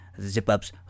zip-ups